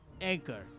anchor